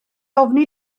ofni